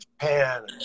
Japan